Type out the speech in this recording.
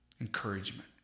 encouragement